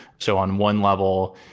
so on one level,